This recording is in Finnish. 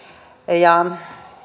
ja